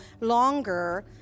longer